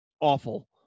awful